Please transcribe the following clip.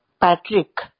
Patrick